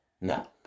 No